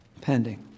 pending